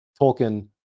Tolkien